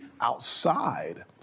outside